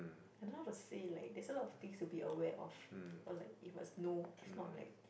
I don't know how to say like there's a lot of things to be aware of or like you must know if not like